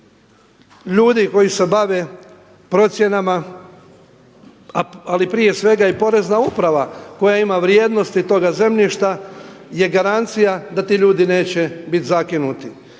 ljudi koji se bave procjenama, ali prije svega i Porezna uprava koja ima vrijednosti toga zemljišta je garancija da ti ljudi neće biti zakinuti.